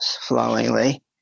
flowingly